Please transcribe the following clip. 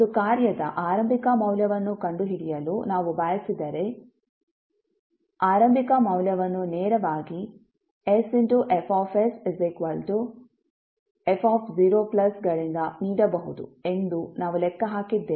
ಒಂದು ಕಾರ್ಯದ ಆರಂಭಿಕ ಮೌಲ್ಯವನ್ನು ಕಂಡುಹಿಡಿಯಲು ನಾವು ಬಯಸಿದರೆ ಆರಂಭಿಕ ಮೌಲ್ಯವನ್ನು ನೇರವಾಗಿ sFsf0 ಗಳಿಂದ ನೀಡಬಹುದು ಎಂದು ನಾವು ಲೆಕ್ಕ ಹಾಕಿದ್ದೇವೆ